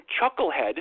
chucklehead